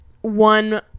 one